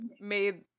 made